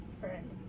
friend